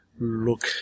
look